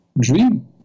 dream